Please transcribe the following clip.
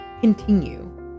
continue